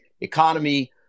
economy